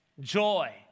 Joy